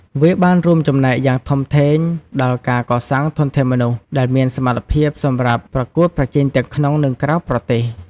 វាបានរួមចំណែកយ៉ាងធំធេងដល់ ការកសាងធនធានមនុស្ស ដែលមានសមត្ថភាពសម្រាប់ប្រកួតប្រជែងទាំងក្នុង និងក្រៅប្រទេស។